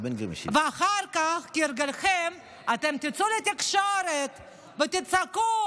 ואחר כך, כהרגלכם, אתם תצאו לתקשורת ותצעקו: